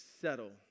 settle